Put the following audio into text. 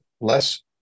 less